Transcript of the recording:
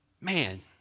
man